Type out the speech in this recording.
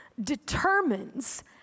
determines